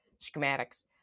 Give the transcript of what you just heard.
Schematics